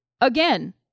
again